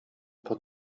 pod